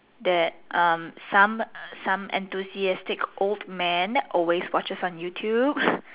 that um some some enthusiastic old man always watches on YouTube